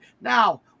Now